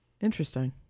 Interesting